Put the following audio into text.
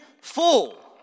full